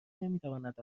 نمیتواند